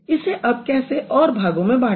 इसे अब कैसे और भागों में बांटें